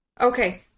okay